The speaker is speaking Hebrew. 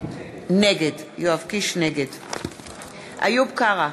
נגד איוב קרא,